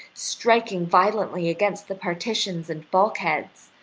striking violently against the partitions and bulkheads.